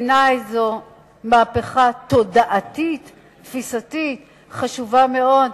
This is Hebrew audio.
בעיני זו מהפכה תודעתית תפיסתית חשובה מאוד,